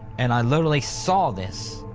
and i literally saw this.